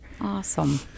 Awesome